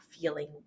feeling